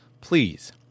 Please